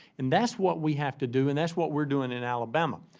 and that's what we have to do, and that's what we're doing in alabama.